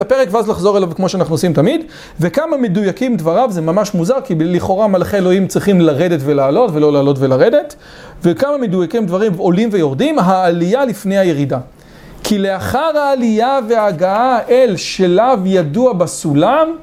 הפרק ואז לחזור אליו כמו שאנחנו עושים תמיד, וכמה מדויקים דבריו, זה ממש מוזר כי לכאורה מלאכי אלוהים צריכים לרדת ולעלות ולא לעלות ולרדת, וכמה מדויקים דברים עולים ויורדים, העלייה לפני הירידה. כי לאחר העלייה והגעה אל שלב וידוע בסולם,